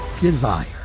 desire